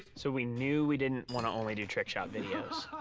so we knew we didn't want to only do trick shot videos.